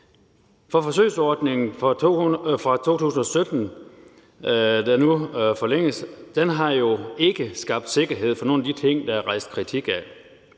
Forsøgsordningen fra 2017, der nu forlænges, har jo ikke skabt sikkerhed for nogen af de ting, der er rejst kritik af.